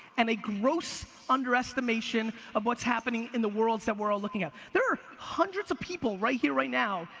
and a gross underestimation of what's happening in the worlds that we're all looking at. there are hundreds of people, right here, right now,